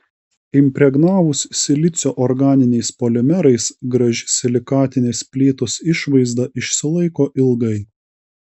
impregnavus silicio organiniais polimerais graži silikatinės plytos išvaizda išsilaiko ilgai